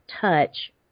touch